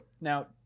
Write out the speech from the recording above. Now